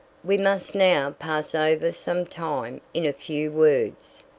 we must now pass over some time in a few words.